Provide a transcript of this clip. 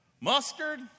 Mustard